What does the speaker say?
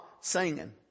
singing